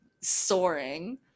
soaring